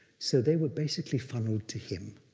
so they were basically funneled to him.